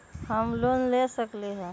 हम लोन ले सकील?